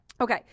Okay